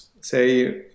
say